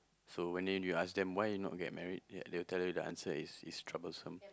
so one day you ask them why not get married yet they will tell you the answer is it's troublesome